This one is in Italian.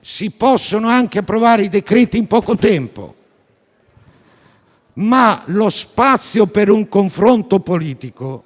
si possono anche convertire i decreti-legge in poco tempo, ma lo spazio per un confronto politico